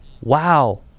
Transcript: wow